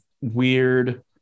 weird